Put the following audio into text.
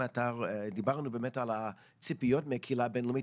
דיברנו באמת על הציפיות מהקהילה הבין-לאומית,